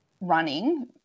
running